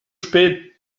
spät